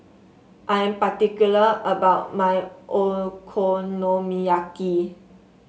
I am particular about my Okonomiyaki